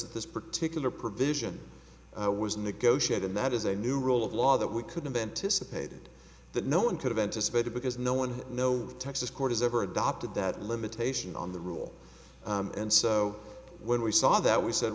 that this particular provision was negotiated that is a new rule of law that we could have anticipated that no one could have anticipated because no one no texas court has ever adopted that limitation on the rule and so when we saw that we said